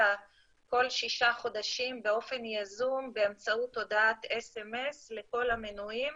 כל שישה חודשים באופן יזום באמצעות הודעת סמס לכל המנויים